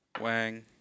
Wang